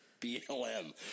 BLM